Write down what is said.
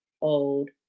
old